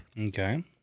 Okay